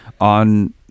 on